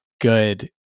good